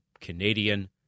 Canadian